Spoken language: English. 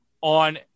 on